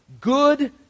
good